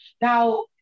Now